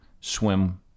swim